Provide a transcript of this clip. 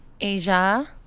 Asia